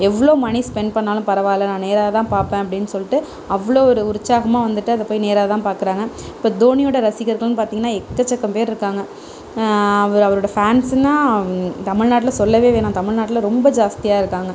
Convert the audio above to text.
எவ்வளோ money spend பண்ணாலும் பரவாயில்ல நான் நேராக தான் பார்ப்பேன் அப்படின்னு சொல்லிட்டு அவ்வளோவு ஒரு உற்சாகமாக வந்துவிட்டு அதை போய் நேராக தான் பார்க்கறாங்க இப்போ தோனியோடய ரசிகர்கள்னு பார்த்தீங்கன்னா எக்கச்சக்கம் பேர் இருக்காங்க அவர் அவரோடய ஃபேன்ஸுன்னா அவுங்க தமிழ்நாட்டில் சொல்லவே வேணாம் தமிழ்நாட்டில் ரொம்ப ஜாஸ்தியாக இருக்காங்க